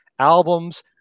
Albums